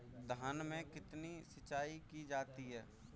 धान में कितनी सिंचाई की जाती है?